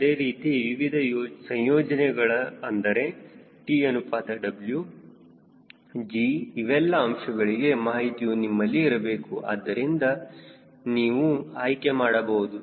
ಅದೇ ರೀತಿ ವಿವಿಧ ಸಂಯೋಜನೆಗಳ ಅಂದರೆ T ಅನುಪಾತ W G ಇವೆಲ್ಲ ಅಂಶಗಳಿಗೆ ಮಾಹಿತಿಯು ನಿಮ್ಮಲ್ಲಿ ಇರಬೇಕು ಅದರಿಂದ ನೀವು ಆಯ್ಕೆ ಮಾಡಬಹುದು